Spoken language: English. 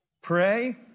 pray